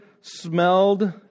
smelled